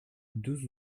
deux